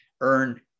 earn